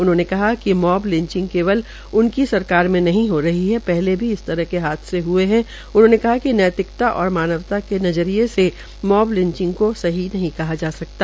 उन्होंने कहा कि मॉब लिंचिंग केवल उनकी सरकार में नही हो रही है पहले भी इसी तरह के हादसे हये है उन्होंने कहा कि नैतिकता और मानवता के नजरिये से मॉब लिंचचिंग को सही नहीं कहा जा सकता